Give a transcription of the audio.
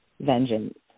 vengeance